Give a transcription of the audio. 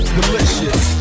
Delicious